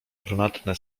brunatne